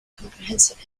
comprehensive